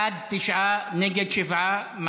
בעד, תשעה, נגד, שבעה.